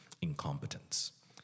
incompetence